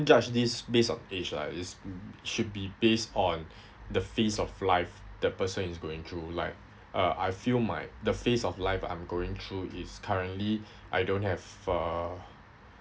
judge this based on age lah we just should be based on the phase of life the person is going through like uh I feel my the phase of life I'm going through is currently I don't have uh